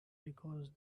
because